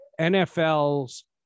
NFL's